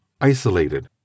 isolated